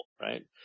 right